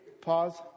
pause